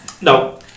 No